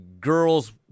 girls